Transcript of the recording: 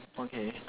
okay